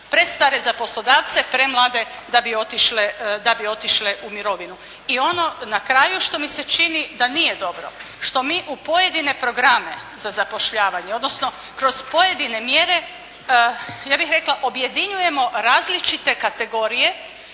Prestare za poslodavce, premlade da bi otišle u mirovinu. I ono na kraju što mi se čini da nije dobro što mi u pojedine programe za zapošljavanje, odnosno kroz pojedine mjere ja bih rekla objedinjujemo različite kategorije